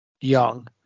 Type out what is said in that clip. young